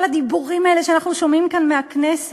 כל הדיבורים האלה שאנחנו שומעים כאן מהכנסת,